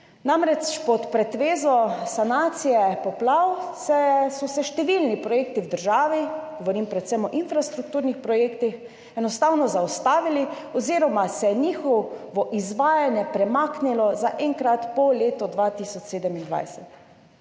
tega. Pod pretvezo sanacije poplav so se namreč številni projekti v državi, govorim predvsem o infrastrukturnih projektih, enostavno zaustavili oziroma se je njihovo izvajanje premaknilo na enkrat po letu 2027.